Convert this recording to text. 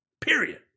Period